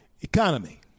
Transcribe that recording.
economy